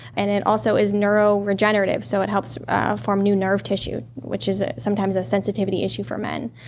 and it also is neuroregenerative, so it helps ah form new nerve tissue, which is sometimes a sensitivity issue for men.